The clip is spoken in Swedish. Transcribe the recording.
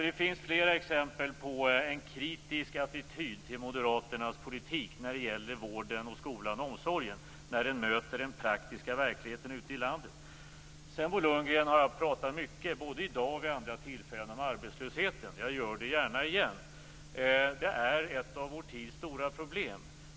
Det finns alltså flera exempel på en kritisk attityd till Moderaternas politik när det gäller vården, skolan och omsorgen när denna möter den praktiska verkligheten ute i landet. Sedan, Bo Lundgren, vill jag säga att jag har pratat mycket om arbetslösheten både i dag och vid andra tillfällen. Jag gör det gärna igen. Den är ett av vår tids stora problem.